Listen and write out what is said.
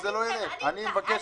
אני מבקש שתביא אותן.